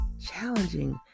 challenging